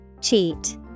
Cheat